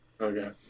okay